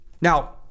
Now